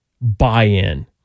buy-in